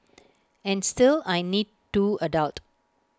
and still I need to adult